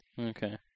Okay